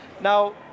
Now